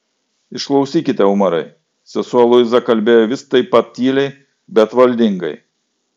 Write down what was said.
išklausykite umarai sesuo luiza kalbėjo vis taip pat tyliai bet valdingai